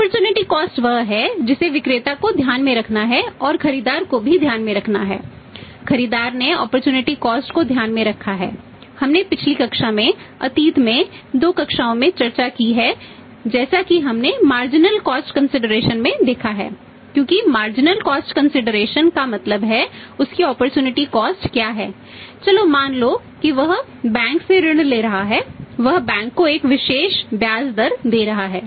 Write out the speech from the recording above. opportunity cost क्या है चलो मान लो कि वह बैंक से ऋण ले रहा है वह बैंक को एक विशेष ब्याज दर दे रहा है